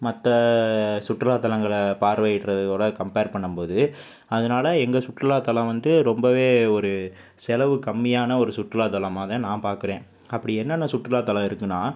மற்ற சுற்றுலாத்தலங்களை பார்வையிட்றதோட கம்பேர் பண்ணும்போது அதனால எங்கள் சுற்றுலாத்தலம் வந்து ரொம்பவே ஒரு செலவு கம்மியான ஒரு சுற்றுலாத்தலமாக தான் நான் பார்க்குறேன் அப்படி என்னென்ன சுற்றுலாத்தலம் இருக்குனா